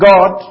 God